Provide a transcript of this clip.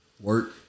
Work